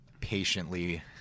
patiently